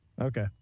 Okay